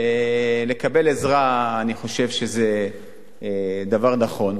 ולקבל עזרה אני חושב שזה דבר נכון.